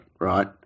right